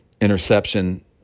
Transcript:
interception